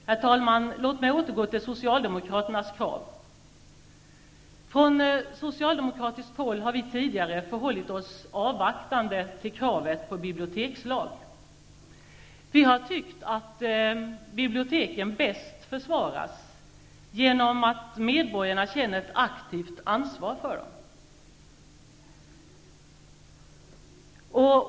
Herr talman! Låt mig återgå till Socialdemokraternas krav. Från socialdemokratiskt håll har vi tidigare förhållit oss avvaktande till kravet på bibliotekslag. Vi har tyckt att biblioteken bäst försvaras genom att medborgarna känner ett aktivt ansvar för dem.